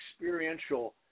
experiential